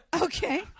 Okay